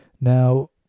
Now